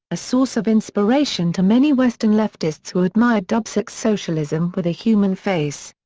a source of inspiration to many western leftists who admired dubcek's socialism with a human face.